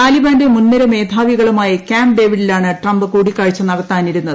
താലിബാന്റെ മുൻനിര മേധാവികളുമായി ക്യാമ്പ് ഡേവിഡിലാണ് ട്രംപ് കൂടിക്കാഴ്ച നടത്താനിരുന്നത്